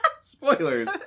Spoilers